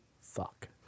fuck